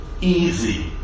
easy